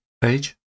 page